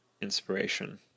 inspiration